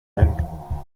ein